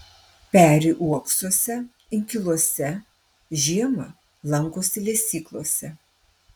peri uoksuose inkiluose žiemą lankosi lesyklose